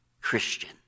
Christian